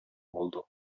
болду